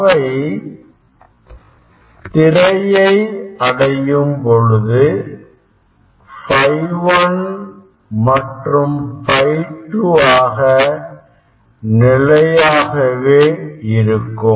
அவை திரையை அடையும் பொழுதும் ∅ 1 மற்றும் ∅2 ஆக நிலையாகவே இருக்கும்